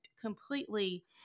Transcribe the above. completely